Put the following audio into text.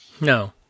No